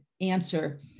answer